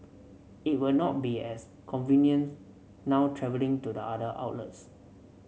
it will not be as convenient now travelling to the other outlets